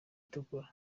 itukura